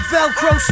Velcro